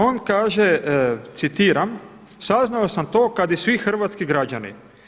On kaže, citiram, saznao sam to kad i svi hrvatski građani.